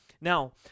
Now